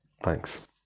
Thanks